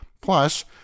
Plus